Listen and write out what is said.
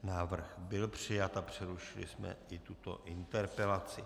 Návrh byl přijat a přerušili jsme i tuto interpelaci.